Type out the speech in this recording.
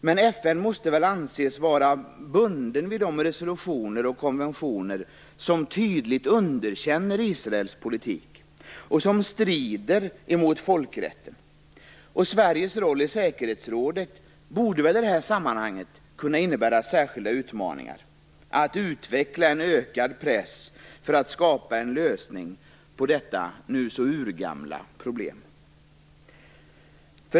Men FN måste väl anses vara bundet vid de resolutioner och konventioner som tydligt underkänner Israels politik, som strider mot folkrätten. Sveriges roll i säkerhetsrådet borde väl i detta sammanhang kunna innebära särskilda utmaningar i utvecklandet av en ökad press för att skapa en lösning på detta nu så urgamla problem.